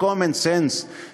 ל-common sense שלכם,